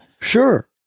Sure